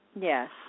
Yes